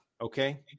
okay